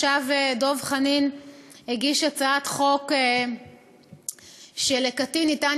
עכשיו דב חנין הגיש הצעת חוק שלקטין ניתן